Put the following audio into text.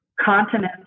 continents